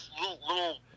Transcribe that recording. little